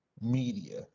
media